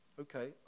Okay